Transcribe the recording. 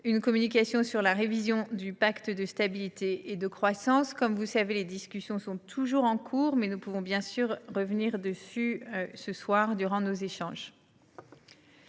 une communication sur la révision du pacte de stabilité et de croissance. Comme vous le savez, en la matière, les discussions sont toujours en cours, mais nous pourrons bien sûr y revenir durant nos échanges